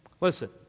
Listen